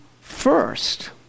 first